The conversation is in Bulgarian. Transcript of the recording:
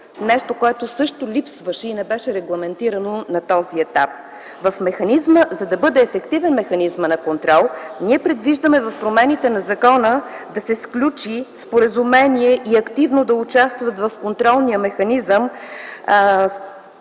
нещо, което също липсваше и не беше регламентирано на този етап. За да бъде ефективен механизмът на контрол, ние предвиждаме в промените на закона да се сключи споразумение и активно да участват в контролния механизъм